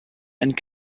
and